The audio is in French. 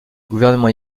gouvernement